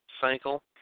cycle